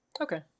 Okay